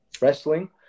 wrestling